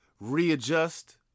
readjust